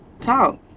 talk